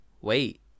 wait